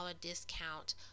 discount